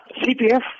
CPF